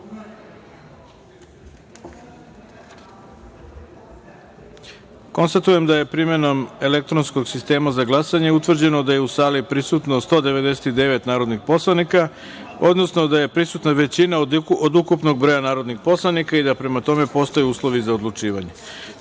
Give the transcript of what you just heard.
glasanje. Konstatujem da je, primenom elektronskog sistema za glasanje, utvrđeno da je u sali prisutno 199 narodnih poslanika, odnosno da je prisutna većina od ukupnog broja narodnih poslanika i da, prema tome, postoje uslovi za odlučivanje. Prelazimo